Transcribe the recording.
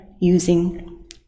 using